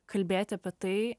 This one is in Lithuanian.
kalbėti apie tai